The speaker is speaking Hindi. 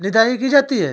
निदाई की जाती है?